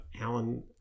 Alan